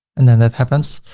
and then that happens.